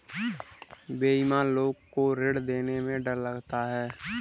बेईमान लोग को ऋण देने में डर लगता है